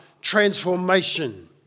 transformation